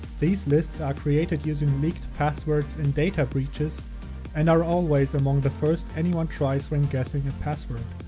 these lists are created using leaked passwords in data breaches and are always among the first anyone tries when guessing password.